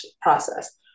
process